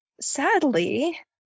sadly